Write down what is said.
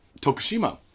Tokushima